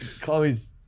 Chloe's